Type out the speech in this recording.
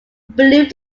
believed